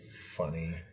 funny